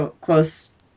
close